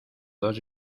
dos